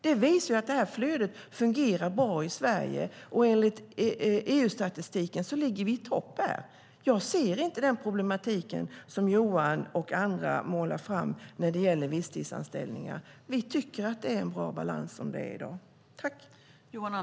Det visar att flödet fungerar bra i Sverige. Enligt EU-statistiken ligger vi i topp där. Jag ser inte den problematik som Johan och andra målar fram i fråga om visstidsanställningar. Vi tycker att det är en bra balans i dag.